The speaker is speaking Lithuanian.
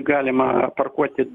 galima parkuoti